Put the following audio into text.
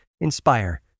inspire